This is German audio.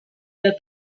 der